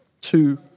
two